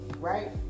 right